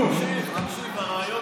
נו.